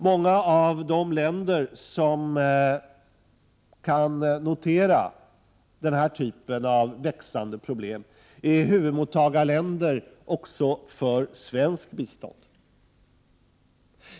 Många av de länder som kan notera den här typen av växande problem är huvudmottagarländer också för svenskt bistånd.